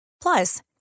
Plus